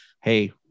Hey